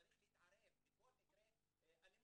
הוא צריך להתערב בכל מקרה אלימות.